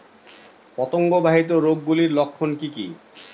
পতঙ্গ বাহিত রোগ গুলির লক্ষণ কি কি?